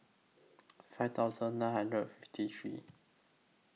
five thousand nine hundred fifty three